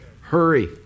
Hurry